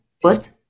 first